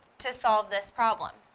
to solve this problem.